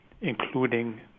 including